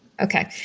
Okay